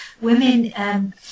women